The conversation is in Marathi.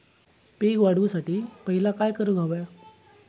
पीक वाढवुसाठी पहिला काय करूक हव्या?